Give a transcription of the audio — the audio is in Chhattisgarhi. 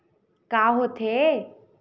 का होथे?